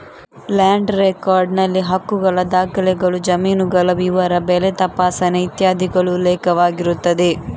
land record ನಲ್ಲಿ ಹಕ್ಕುಗಳ ದಾಖಲೆಗಳು, ಜಮೀನುಗಳ ವಿವರ, ಬೆಳೆ ತಪಾಸಣೆ ಇತ್ಯಾದಿಗಳು ಉಲ್ಲೇಖವಾಗಿರುತ್ತದೆ